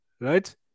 Right